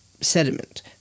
sediment